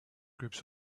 groups